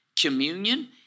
communion